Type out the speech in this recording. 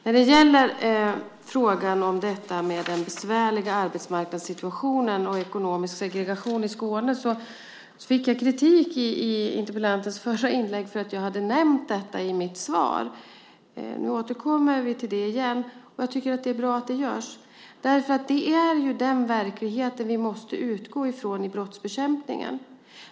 När det gäller frågan om den besvärliga arbetsmarknadssituationen och om ekonomisk segregation i Skåne fick jag kritik i interpellantens förra inlägg för att jag hade nämnt detta i mitt svar. Nu återkommer vi till det, och jag tycker att det är bra. Det är ju den verklighet som vi måste utgå från i brottsbekämpningen.